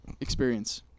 experience